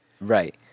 Right